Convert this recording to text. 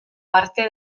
parte